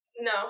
No